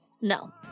No